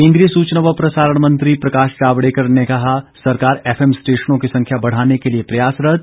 केन्द्रीय सूचना व प्रसारण मंत्री प्रकाश जावड़ेकर ने कहा सरकार एफएमस्टेशनों की संख्या बढ़ाने के लिए प्रयासरत